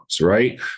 right